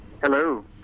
Hello